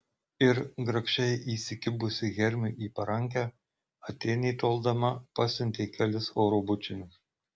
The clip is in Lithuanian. ir grakščiai įsikibusi hermiui į parankę atėnė toldama pasiuntė kelis oro bučinius